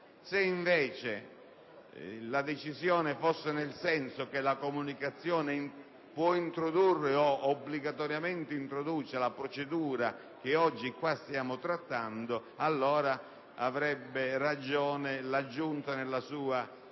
se invece la decisione fosse nel senso che la comunicazione può ovvero deve introdurre la procedura che oggi qua stiamo trattando, allora avrebbe ragione la Giunta nella sua proposta